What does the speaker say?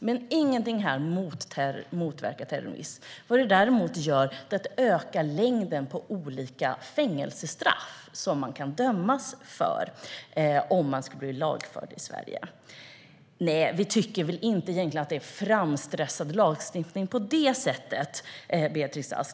Vad den däremot gör är att den ökar längden på olika fängelsestraff som man kan dömas till om man skulle bli lagförd i Sverige. Vi tycker väl egentligen inte att det är en framstressad lagstiftning på det sättet, Beatrice Ask.